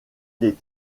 des